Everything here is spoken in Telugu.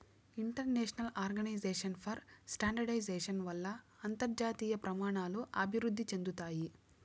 ఇంటర్నేషనల్ ఆర్గనైజేషన్ ఫర్ స్టాండర్డయిజేషన్ వల్ల అంతర్జాతీయ ప్రమాణాలు అభివృద్ధి చెందుతాయి